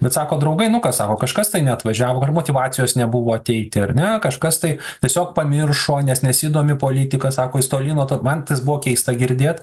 bet sako draugai nu kas sako kažkas tai neatvažiavo ar motyvacijos nebuvo ateiti ar ne kažkas tai tiesiog pamiršo nes nesidomi politika sako jis toli nuo to man tas buvo keista girdėt